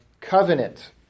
covenant